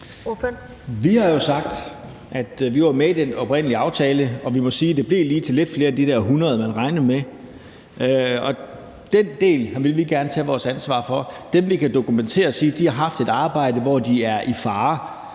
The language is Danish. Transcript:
Vi har jo sagt, at vi var med i den oprindelige aftale. Vi må sige, at det lige blev til lidt flere end de der 100, man regnede med. Den del har vi gerne villet tage vores ansvar for, altså dem, hvor vi kan dokumentere det, og hvor man kan sige, at de har haft et